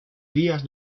días